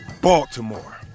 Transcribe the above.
Baltimore